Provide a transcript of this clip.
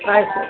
ಆಯ್ತು ಸರ್